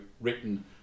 written